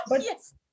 Yes